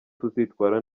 tuzitwara